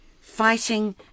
Fighting